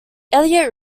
elliott